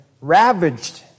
ravaged